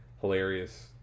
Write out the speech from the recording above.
hilarious